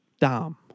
Dom